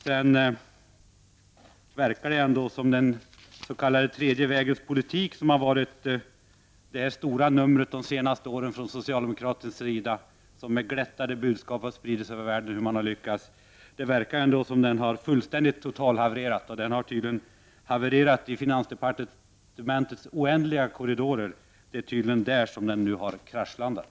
Det verkar som om den s.k. tredje vägens politik, som har varit socialdemokraternas stora nummer under de senaste åren och vars framgångar man givit glättade budskap om över världen, har totalhavererat i finansdepartementets oändliga korridorer. Det är tydligen där som den nu har kraschlandat.